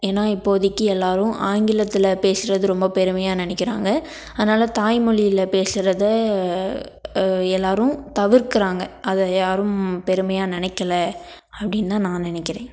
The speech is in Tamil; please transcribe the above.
ஏன்னால் இப்போதிக்கு எல்லோரும் ஆங்கிலத்தில் பேசுகிறது ரொம்ப பெருமையாக நினைக்கிறாங்க அதனால தாய் மொழியில் பேசுகிறத எல்லோரும் தவிர்க்கிறாங்க அதை யாரும் பெருமையாக நினைக்கில அப்படின் தான் நான் நினைக்கிறேன்